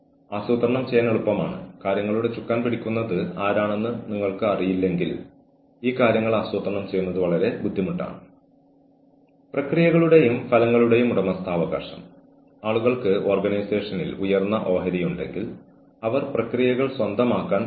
അതിനാൽ human resource manager എന്ന നിലയിലുള്ള നിങ്ങളുടെ ശേഷിയിൽ വളരെ ദേഷ്യമുള്ള ആരെങ്കിലും നിങ്ങളുടെ അടുക്കൽ വരുന്നു എന്ന് നമുക്ക് അനുമാനിക്കാം